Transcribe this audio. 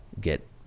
get